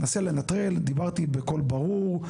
דיברתי בקול ברור,